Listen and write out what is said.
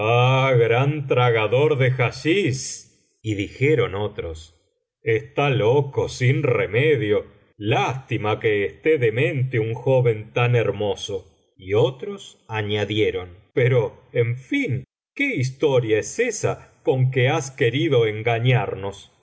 gran tragador de haschich y dijeron otros está loco sin remedio lástima que esté demente un joven tan hermoso y otros añadieron pero en fin qué historia es esa biblioteca valenciana generalitat valenciana historia del visir nueeddin con que has querido engañarnos